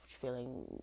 feeling